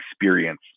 experience